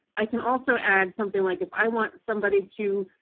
i can also add something like if i want somebody to